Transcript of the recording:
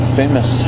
famous